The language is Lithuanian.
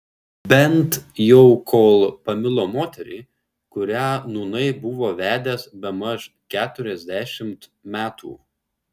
bent jau kol pamilo moterį kurią nūnai buvo vedęs bemaž keturiasdešimt metų